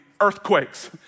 earthquakes